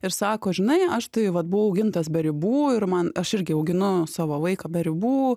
ir sako žinai aš tai vat buvau augintas be ribų ir man aš irgi auginu savo vaiką be ribų